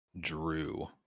Drew